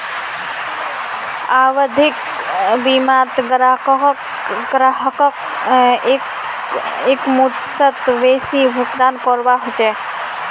आवधिक बीमात ग्राहकक एकमुश्त बेसी भुगतान करवा ह छेक